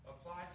applies